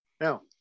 Now